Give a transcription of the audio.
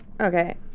Okay